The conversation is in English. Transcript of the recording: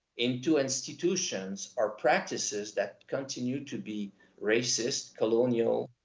into institutions or practices that continue to be racist, colonial,